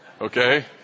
okay